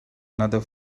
another